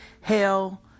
hell